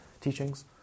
teachings